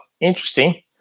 interesting